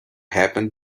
happened